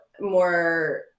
more